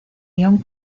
ion